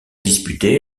disputé